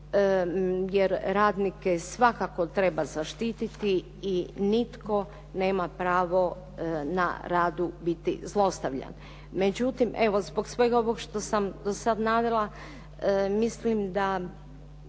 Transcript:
jer radnike svakako treba zaštititi i nitko nema pravo na radu biti zlostavljan. Međutim, evo zbog svega ovog što sam do sad navela, mislim da